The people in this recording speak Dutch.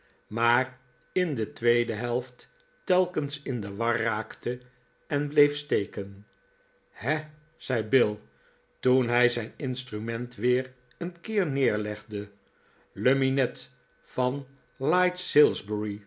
maar in de tweede helft telkens in de war raakte en bleef steken he zei bill toen hij zijn instrument weer een keer neerlegde lummy ned van